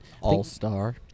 All-star